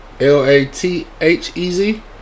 L-A-T-H-E-Z